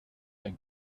ein